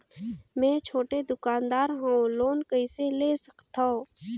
मे छोटे दुकानदार हवं लोन कइसे ले सकथव?